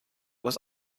was